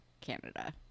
Canada